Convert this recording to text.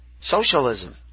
Socialism